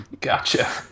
Gotcha